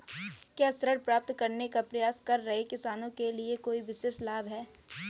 क्या ऋण प्राप्त करने का प्रयास कर रहे किसानों के लिए कोई विशेष लाभ हैं?